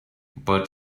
but